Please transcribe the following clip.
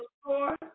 store